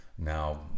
Now